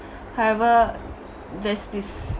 however there's this